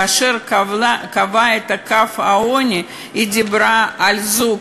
כאשר היא קבעה את קו העוני היא דיברה על זוג,